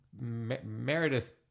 Meredith